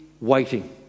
waiting